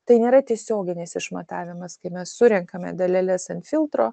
tai nėra tiesioginis išmatavimas kai mes surenkame daleles ant filtro